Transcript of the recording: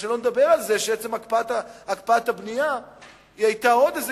ושלא נדבר על זה שעצם הקפאת הבנייה היתה עוד איזה